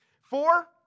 Four